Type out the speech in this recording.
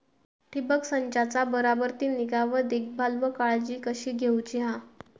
ठिबक संचाचा बराबर ती निगा व देखभाल व काळजी कशी घेऊची हा?